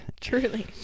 Truly